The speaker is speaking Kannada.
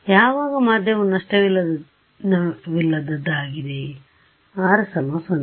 ಯಾವಾಗ ಮಾಧ್ಯಮವು ನಷ್ಟವಿಲ್ಲದದ್ದಾಗಿದೆ R 0